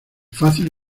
fácil